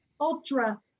ultra